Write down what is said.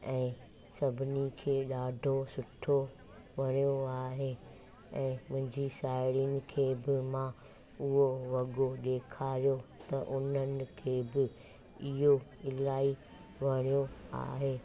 ऐं सभिनी खे ॾाढो सुठो वणियो आहे ऐं मुंहिंजी साहेड़ियुनि खे बि मां उहो वॻो ॾेखारियो त उन्हनि खे बि इहो इलाही वणियो आहे